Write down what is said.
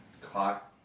clock